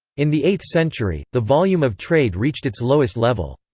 in the eighth century, the volume of trade reached its lowest level.